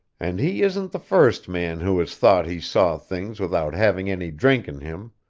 and he isn't the first man who has thought he saw things without having any drink in him.